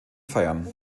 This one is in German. feiern